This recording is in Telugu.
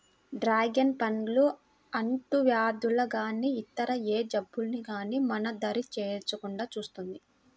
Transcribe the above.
డ్రాగన్ పండు అంటువ్యాధులు గానీ ఇతర ఏ జబ్బులు గానీ మన దరి చేరకుండా చూస్తుంది